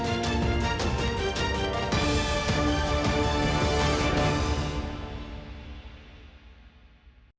Дякую.